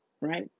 right